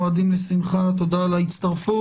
מועדים לשמחה, תודה על ההצטרפות.